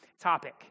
topic